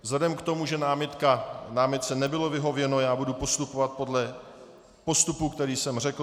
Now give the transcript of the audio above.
Vzhledem k tomu, že námitce nebylo vyhověno, budu postupovat podle postupu, který jsem řekl.